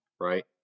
right